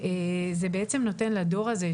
זה בעצם נותן לדור הזה,